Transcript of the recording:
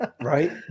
Right